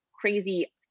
crazy